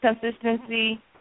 consistency